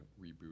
reboot